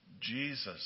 Jesus